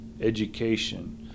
education